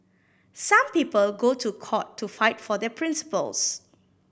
some people go to court to fight for their principles